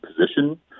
position